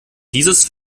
dieses